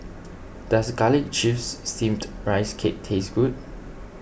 does Garlic Chives Steamed Rice Cake taste good